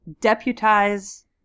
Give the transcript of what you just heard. deputize